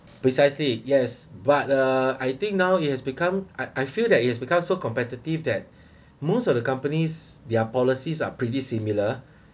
precisely yes but uh I think now it has become I feel that it has become so competitive that most of the companies their policies are pretty similar